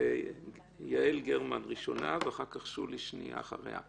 יעל גרמן ראשונה, ושולי אחריה.